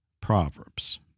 Proverbs